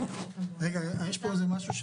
יש מדרגות,